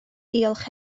diolch